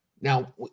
Now